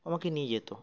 আমাকে নিয়ে যেত